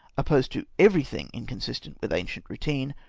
opposed to every thing inconsistent with ancient routine,